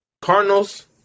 Cardinals